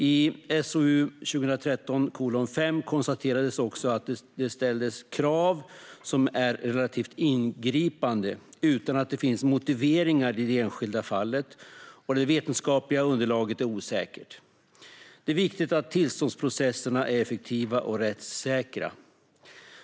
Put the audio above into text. I SOU 2013:5 konstaterades också att det ställdes krav som är relativt ingripande utan att det finns motiveringar i det enskilda fallet och trots att det vetenskapliga underlaget är osäkert. Det är viktigt att tillståndsprocesserna är effektiva och rättssäkra.